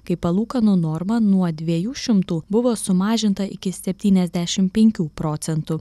kai palūkanų norma nuo dviejų šimtų buvo sumažinta iki septyniasdešimt penkių procentų